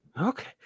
Okay